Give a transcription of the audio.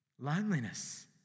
loneliness